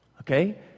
Okay